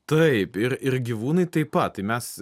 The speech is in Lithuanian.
taip ir ir gyvūnai taip pat tai mes